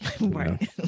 right